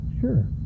Sure